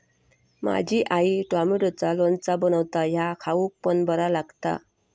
माझी आई टॉमॅटोचा लोणचा बनवता ह्या खाउक पण बरा लागता